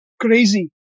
crazy